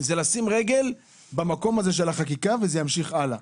זה לשים רגל במקום הזה של החקיקה, וזה ימשיך הלאה.